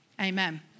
Amen